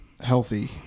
healthy